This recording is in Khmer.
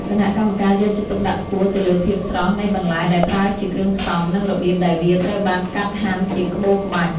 គណៈកម្មការយកចិត្តទុកដាក់ខ្ពស់ទៅលើភាពស្រស់នៃបន្លែដែលប្រើជាគ្រឿងផ្សំ និងរបៀបដែលវាត្រូវបានកាត់ហាន់ជាក្បូរក្បាច់។